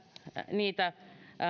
niitä